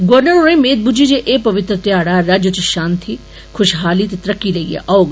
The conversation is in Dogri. गवर्नर होरें मेद बुज्झी जे एह् पवित्र ध्याड़ा राज्य च षांति खुषहाली ते तरक्की लेइयै औग